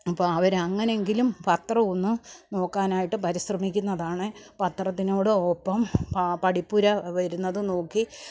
അപ്പോൾ അവർ അങ്ങനെയെങ്കിലും പത്രം ഒന്ന് നോക്കാനായിട്ട് പരിശ്രമിക്കുന്നതാണ് പത്രത്തിനോടൊപ്പം പഠിപ്പുര വരുന്നത് നോക്കി